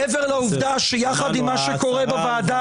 מעבר לוועדה שיחד עם מה שקורה בוועדה